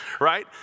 Right